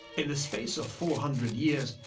in the space of four hundred years,